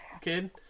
kid